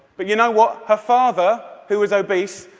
but you know what? her father, who was obese,